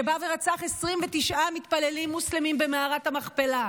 שבא ורצח 29 מתפללים מוסלמים במערת המכפלה,